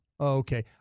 okay